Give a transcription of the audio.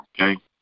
Okay